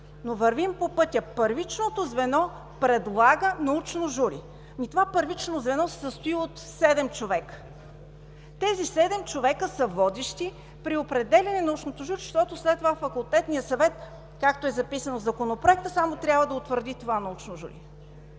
първичното звено. Първичното звено предлага научно жури. Ами това първично звено се състои от седем човека. Тези седем човека са водещи при определяне на научното жури, защото след това Факултетният съвет, както е записано в Законопроекта, само трябва да утвърди това научно жури.